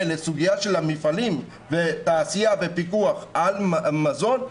לסוגיה של המפעלים ותעשייה ופיקוח על מזון.